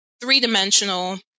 three-dimensional